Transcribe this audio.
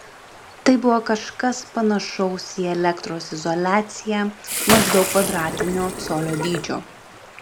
tai buvo kažkas panašaus į elektros izoliaciją maždaug kvadratinio colio dydžio